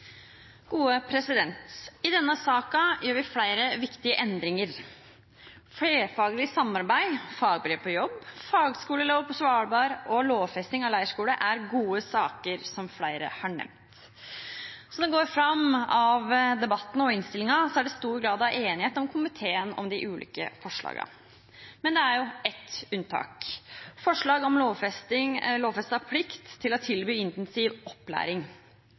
gode saker, som flere har nevnt. Som det går fram av debatten og innstillingen, er det stor grad av enighet i komiteen om de ulike forslagene. Men det er ett unntak – forslaget om lovfestet plikt til å tilby intensiv opplæring.